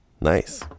Nice